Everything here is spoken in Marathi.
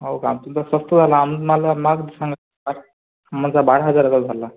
हाव का तुमचं स्वस्त झालं आम्हाला महाग सांग आमचा बारा हजाराचा झाला